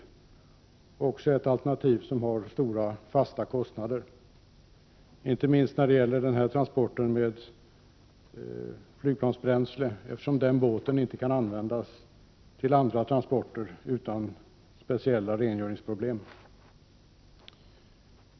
Hänsyn måste tas till att det är ett alternativ med stora fasta kostnader, inte minst när det gäller transport av flygbränsle, eftersom den båt som fraktar detta bränsle inte kan användas för andra transporter utan speciell rengöring.